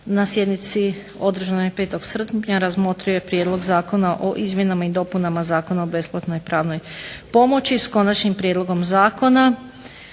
na sjednici održanoj 5. srpnja razmotrio je prijedlog Zakona o izmjenama i dopunama Zakona o besplatnoj pravnoj pomoći s konačnim prijedlogom zakona.